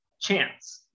chance